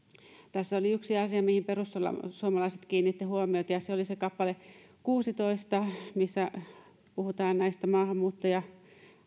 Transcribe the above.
tässä oli yksi asia mihin perussuomalaiset kiinnittivät huomiota ja se oli kappale kuusitoista missä puhutaan näistä maahanmuuttajalapsista